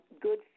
good